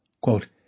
Quote